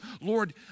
Lord